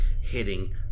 hitting